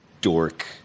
dork